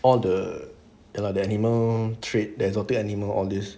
all the the la~ the animal trade the exotic animal all this